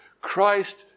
Christ